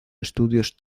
estudios